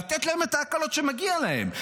לתת להם את ההקלות שמגיע להם,